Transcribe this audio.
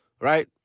right